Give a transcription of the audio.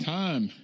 time